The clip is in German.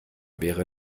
wäre